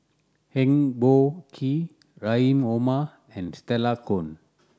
Eng Boh Kee Rahim Omar and Stella Kon